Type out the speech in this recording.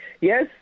Yes